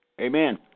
Amen